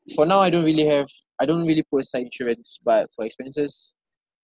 for now I don't really have I don't really put aside insurance but for expenses